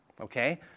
okay